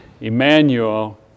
Emmanuel